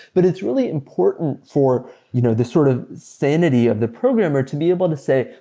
but it's really important for you know the sort of sanity of the programmer to be able to say,